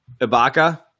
Ibaka